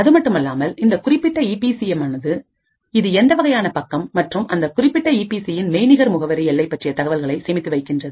அதுமட்டுமல்லாமல் இந்த குறிப்பிட்ட ஈபி சிஎம்யானது இது எந்த வகையான பக்கம் மற்றும் அந்த குறிப்பிட்ட ஈபிசியின் மெய்நிகர் முகவரி எல்லை பற்றிய தகவல்களை சேமித்து வைக்கின்றது